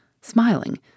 smiling